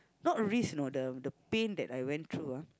not risks you know the the pain that I went through ah